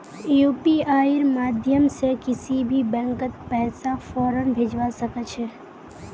यूपीआईर माध्यम से किसी भी बैंकत पैसा फौरन भेजवा सके छे